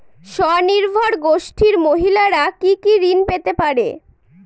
স্বনির্ভর গোষ্ঠীর মহিলারা কি কি ঋণ পেতে পারে?